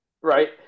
right